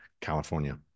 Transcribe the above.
California